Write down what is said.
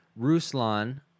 Ruslan